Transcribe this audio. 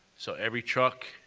so every truck,